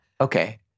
Okay